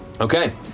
Okay